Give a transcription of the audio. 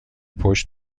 پشت